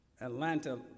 Atlanta